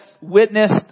witnessed